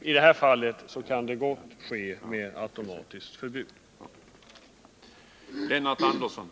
I detta fall kan det ske genom ett system med automatiskt verkande näringsförbud.